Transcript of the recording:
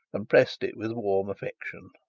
and pressed it with warm affection.